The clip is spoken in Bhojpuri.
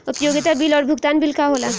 उपयोगिता बिल और भुगतान बिल का होला?